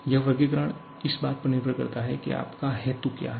यह वर्गीकरण इस बात पर निर्भर करता है कि आपका हेतु क्या है